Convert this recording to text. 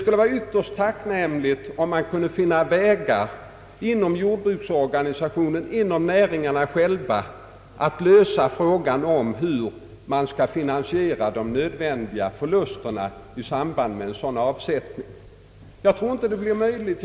Det vore ytterst tacknämligt om jordbruksorganisationerna och näringen själv kunde finna vägar att lösa problemet hur finansieringen skall ske av de förluster som med nödvändighet uppkommer i samband med en sådan avsättning. Jag tror dock inte att så blir möjligt.